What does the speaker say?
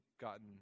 gotten